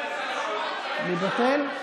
לבטל?